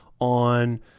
on